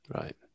Right